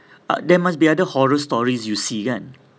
ah there must be other horror stories you see kan